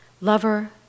Lover